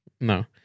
no